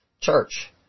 church